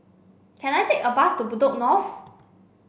can I take a bus to Bedok North